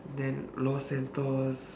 then los santos